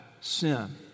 sin